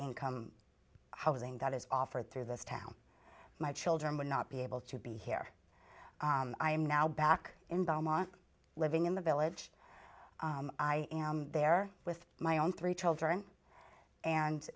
income housing that is offered through this town my children would not be able to be here i am now back in belmont living in the village i am there with my own three children and